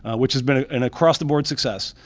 which has been an across the board success,